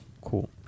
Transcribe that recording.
cool